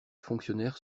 fonctionnaire